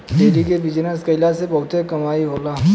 dairy के business कईला से बहुते कमाई होला